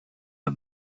the